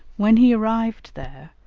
when he arrived there,